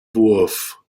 wurf